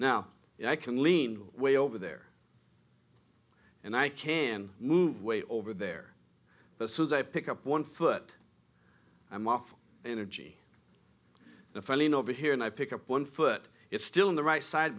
now i can lean way over there and i can move way over there as soon as i pick up one foot i'm off energy if i lean over here and i pick up one foot it's still in the right side